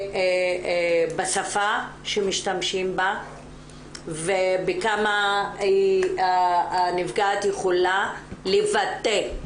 בשפה שמשתמשים בה ובכמה הנפגעת יכולה לבטא,